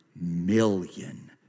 million